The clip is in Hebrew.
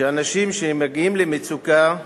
שאנשים שמגיעים למצוקה,